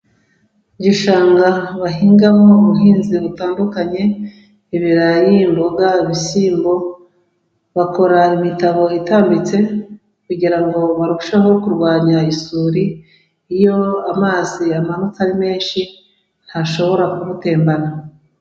Igishanga bahingaho ubuhinzi butandukanye, ibirayi, imboga, ibishyimbo, bakora imitabo itambitse, kugira ngo barusheho kurwanya isuri, iyo amazi amanutse ari menshi, ntashobora kubutembana.